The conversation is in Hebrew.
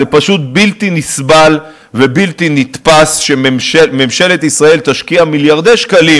זה פשוט בלתי נסבל ובלתי נתפס שממשלת ישראל תשקיע מיליארדי שקלים